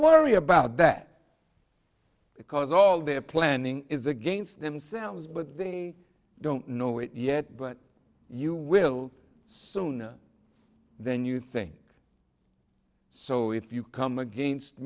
worry about that because all their planning is against themselves but they don't know it yet but you will soon know then you think so if you come against